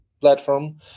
platform